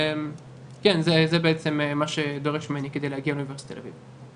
כן זה בעצם מה שדורש ממני כדי להגיע לאוניברסיטת תל אביב.